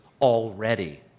already